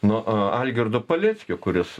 nuo algirdo paleckio kuris